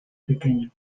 pequeño